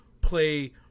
play